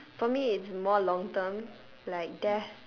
for me it's more long term like death